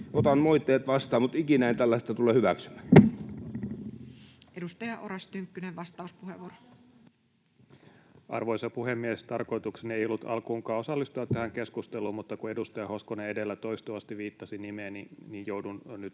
otan moitteet vastaan, mutta ikinä en tällaista tule hyväksymään. Edustaja Oras Tynkkynen, vastauspuheenvuoro. Arvoisa puhemies! Tarkoitukseni ei ollut alkuunkaan osallistua tähän keskusteluun, mutta kun edustaja Hoskonen edellä toistuvasti viittasi nimeeni, niin joudun nyt